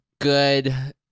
good